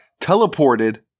teleported